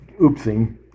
oopsing